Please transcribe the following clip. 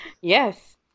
Yes